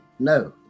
No